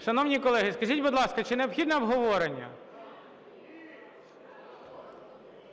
Шановні колеги, скажіть, будь ласка, чи необхідне обговорення?